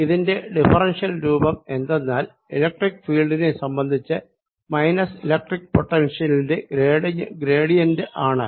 ഇതിന്റെ ഡിഫറെൻഷ്യൽ രൂപം എന്തെന്നാൽ ഇലക്ട്രിക് ഫീല്ഡിനെ സംബന്ധിച്ച് മൈനസ് ഇലക്ട്രിക്ക് പൊട്ടൻഷ്യലിന്റെ ഗ്രേഡിയന്റ് ആണ്